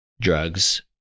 drugs